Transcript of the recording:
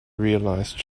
realized